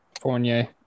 Fournier